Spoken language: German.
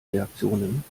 reaktionen